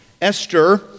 Esther